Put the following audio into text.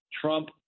Trump